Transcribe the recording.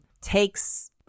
takes